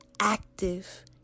Active